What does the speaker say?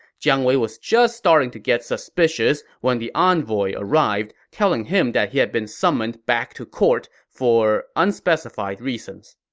jiang wei was just starting to get suspicious when the envoy arrived, telling him that he had been summoned back to court for unspecified reasons.